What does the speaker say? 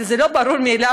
כי זה לא ברור מאליו,